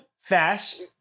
fast